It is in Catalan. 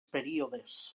períodes